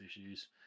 issues